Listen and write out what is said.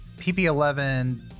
PP11